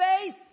faith